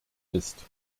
ist